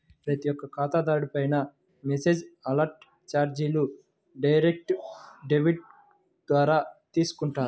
ప్రతి ఒక్క ఖాతాదారుడిపైనా మెసేజ్ అలర్ట్ చార్జీలు డైరెక్ట్ డెబిట్ ద్వారా తీసుకుంటారు